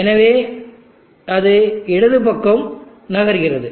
எனவே அது இடது பக்கம் நகர்கிறது